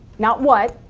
not what,